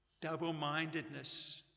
Double-mindedness